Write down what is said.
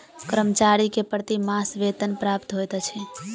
कर्मचारी के प्रति मास वेतन प्राप्त होइत अछि